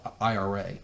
IRA